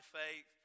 faith